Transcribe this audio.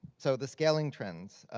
so the scaling trends.